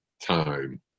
time